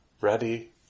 ready